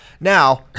Now